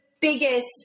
Biggest